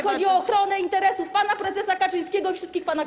Chodzi o ochronę interesów pana prezesa Kaczyńskiego i wszystkich pana kolegów.